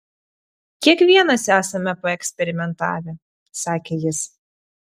kiekvienas esame paeksperimentavę sakė jis